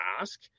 ask